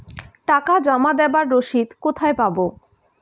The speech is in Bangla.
টাকা জমা দেবার রসিদ কোথায় পাব?